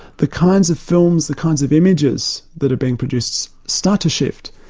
the kinds of films, the kinds of images that are being produced start to shift.